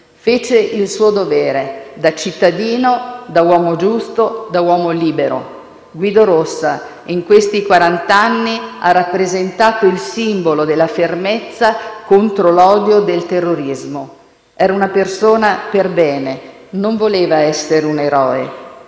Fece il suo dovere da cittadino, da uomo giusto, da uomo libero. Guido Rossa, in questi quaranta anni, ha rappresentato il simbolo della fermezza contro l'odio del terrorismo. Era una persona per bene, non voleva essere un eroe.